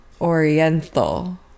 oriental